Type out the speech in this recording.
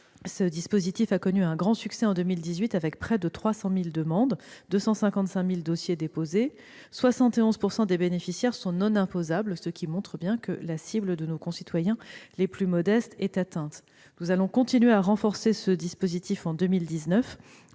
Ce dispositif a connu un grand succès, avec près de 300 000 demandes et 255 000 dossiers déposés en 2018. En outre, 71 % des bénéficiaires sont non imposables, ce qui montre bien que la cible de nos concitoyens les plus modestes est atteinte. Nous allons encore renforcer ce dispositif en 2019,